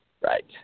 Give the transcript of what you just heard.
Right